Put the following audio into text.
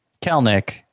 Kelnick